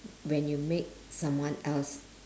when you make someone else